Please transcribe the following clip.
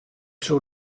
soe